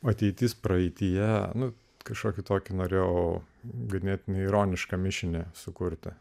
ateitis praeityje nu kažkokį tokį norėjau ganėtinai ironišką mišinį sukurti